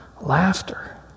laughter